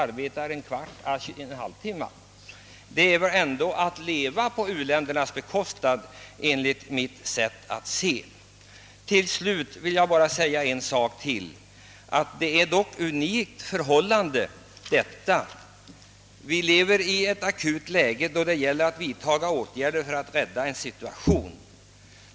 Detta är enligt mitt sätt att se att leva på u-ländernas bekostnad. Jag vill påpeka att i Sverige lever vi i ett unikt förhållande. Läget är sådant att vi måste vidtaga åtgärder omedel bart för att rädda situationen.